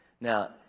Now